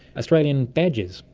australian badges,